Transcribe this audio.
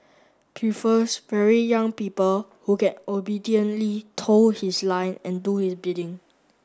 prefers very young people who can obediently toe his line and do his bidding